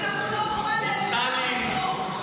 אני אף פעם לא קרובה לאיזשהו --- זה הכול.